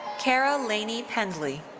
kara laney pendley.